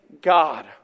God